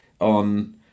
on